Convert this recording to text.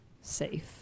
safe